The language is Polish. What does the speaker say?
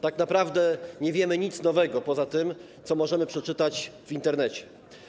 Tak naprawdę nie wiemy nic nowego poza tym, co możemy przeczytać w Internecie.